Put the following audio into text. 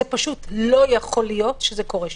פשוט לא יכול להיות שזה קורה שוב.